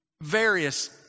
Various